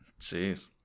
Jeez